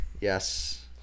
Yes